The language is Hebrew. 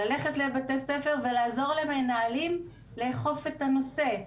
ללכת לבתי ספר ולעזור למנהלים לאכוף את הנושא.